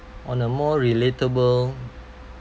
on a more relatable